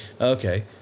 Okay